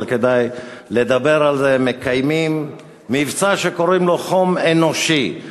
אבל כדאי לדבר על זה: מקיימים מבצע שקוראים לו "חום אנושי",